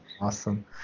awesome